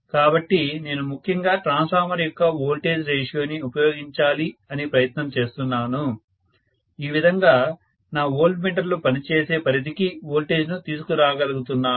కాబట్టి నేను ముఖ్యంగా ట్రాన్స్ఫార్మర్ యొక్క వోల్టేజ్ రేషియోని ఉపయోగించాలి అని ప్రయత్నం చేస్తున్నాను ఈ విధంగా నా వోల్టమీటర్లు పనిచేసే పరిధికి వోల్టేజ్ ను తీసుకు రాగలుగుతున్నాను